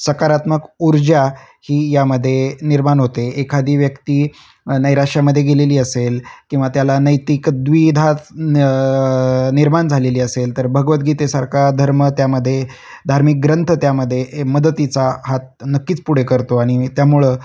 सकारात्मक ऊर्जा ही यामध्ये निर्माण होते एखादी व्यक्ती नैराश्यामध्ये गेलेली असेल किंवा त्याला नैतिक द्विधा निर्माण झालेली असेल तर भगवद्गीतेसारखा धर्म त्यामध्ये धार्मिक ग्रंथ त्यामध्ये मदतीचा हात नक्कीच पुढे करतो आणि त्यामुळं